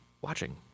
watching